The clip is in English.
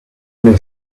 and